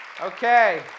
Okay